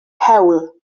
hewl